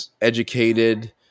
educated